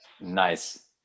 Nice